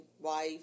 wife